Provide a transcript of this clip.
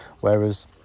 whereas